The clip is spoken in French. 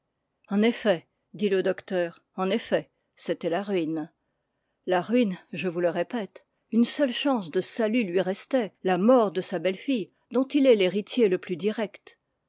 en effet dit le docteur en effet c'était la ruine la ruine je vous le répète une seule chance de salut lui restait la mort de sa belle-fille dont il est l'héritier le plus direct